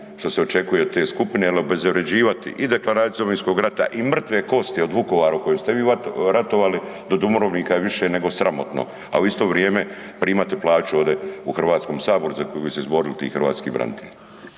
što se očekuje od te skupine jer obezvrjeđivati i deklaraciju Domovinskog rata i mrtve kosti od Vukovaru u kojem ste vi ratovali do Dubrovnika je više nego sramotno, a u isto vrijeme primate plaću ovdje u Hrvatskom saboru za koju su se izborili ti hrvatski branitelji.